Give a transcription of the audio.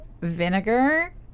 vinegar